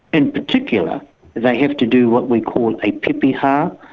in particular they have to do what we call a pepeha,